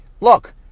look